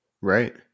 Right